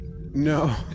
No